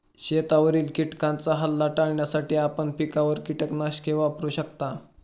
शेतावरील किटकांचा हल्ला टाळण्यासाठी आपण पिकांवर कीटकनाशके वापरू शकता